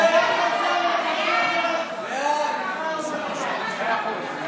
ההצעה להעביר את הצעת חוק הכרה באחים שכולים ובזכויותיהם,